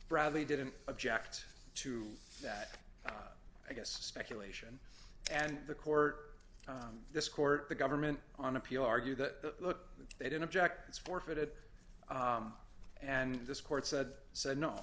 bradley didn't object to that i guess speculation and the court this court the government on appeal argue that look they don't object it's forfeited and this court said said no